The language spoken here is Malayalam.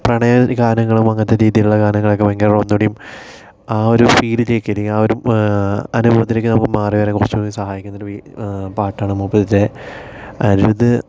പ്രണയ ഗാനങ്ങളും അങ്ങനത്തെ രീതിയിലുള്ള ഗാനങ്ങളൊക്കെ ഭയങ്കര ഒന്നുകൂടിയും ആ ഒരു ഫീലിലേയ്ക്ക് അല്ലെങ്കിൽ ആ ഒരു അനുഭവത്തിലേയ്ക്ക് നമ്മൾ മാറി വരാൻ കുറച്ചുകൂടി സഹായിക്കുന്ന ഒരു ഒരു പാട്ടാണ് മൂപ്പരുടെ അനിരുദ്ധ്